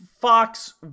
Fox